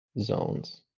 zones